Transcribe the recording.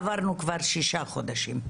עברנו כבר שישה חודשים.